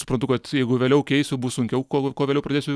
suprantu kad jeigu vėliau keisiu bus sunkiau kuo kuo vėliau pradėsiu